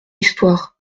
histoire